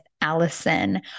Allison